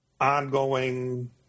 ongoing